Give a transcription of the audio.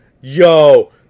yo